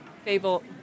fable